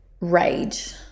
rage